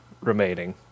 remaining